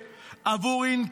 אין לי מילה אחרת,